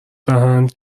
دهند